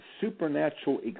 supernatural